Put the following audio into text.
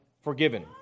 forgiven